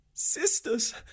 Sisters